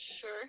sure